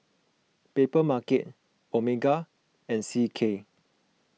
Papermarket Omega and C K